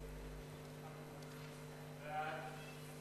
ההצעה להעביר